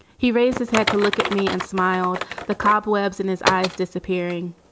he raised his head to look at me and smiled. the cobwebs in his eyes disappearing.